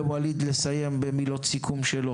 ווליד יסיים בסיכום שלו.